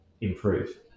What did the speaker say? improve